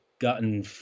gotten